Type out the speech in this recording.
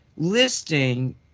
Listing